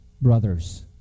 brothers